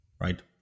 right